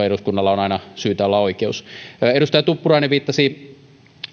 eduskunnalla on aina syytä olla oikeus edustaja tuppurainen viittasi